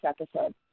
episode